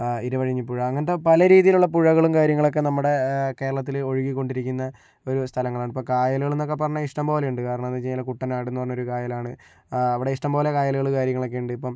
ഇരുവഴിഞ്ഞിപ്പുഴ അങ്ങനത്തെ പലരീതിയിലുള്ള പുഴകളും കാര്യങ്ങളൊക്കെ നമ്മുടെ കേരളത്തിൽ ഒഴുകിക്കൊണ്ടിരിക്കുന്ന ഒരു സ്ഥലങ്ങളാണ് ഇപ്പോൾ കായലുകൾ എന്നൊക്കെ പറഞ്ഞു കഴിഞ്ഞാൽ ഇഷ്ടം പോലെ ഉണ്ട് കാരണമെന്ന് വെച്ചിട്ടുണ്ടങ്കിൽ കുട്ടനാടെന്ന് പറഞ്ഞാൽ ഒരു കായലാണ് അവിടെ ഇഷ്ടംപോലെ കായലുകൾ കാര്യങ്ങളൊക്കെ ഉണ്ട് ഇപ്പം